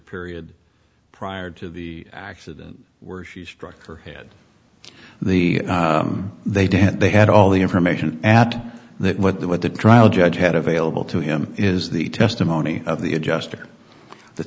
period prior to the accident where she struck her head the they didn't they had all the information at that what the what the trial judge had available to him is the testimony of the adjuster the